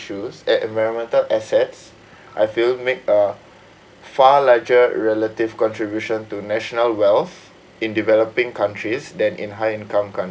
at environmental assets I feel make a far larger relative contribution to national wealth in developing countries than in high-income country